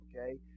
Okay